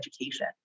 education